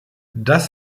das